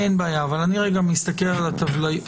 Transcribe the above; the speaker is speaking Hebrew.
אין בעיה אני מסתכל על הטבלאי.